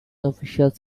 officials